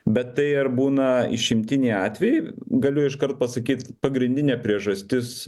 bet tai ar būna išimtiniai atvejai galiu iškart pasakyt pagrindinė priežastis